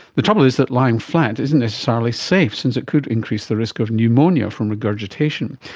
the trouble is that lying flat isn't necessarily safe since it could increase the risk of pneumonia from regurgitation.